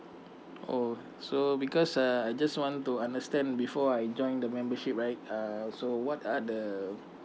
oh so because uh I just want to understand before I join the membership right uh so what are the